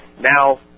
Now